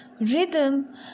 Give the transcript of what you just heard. Rhythm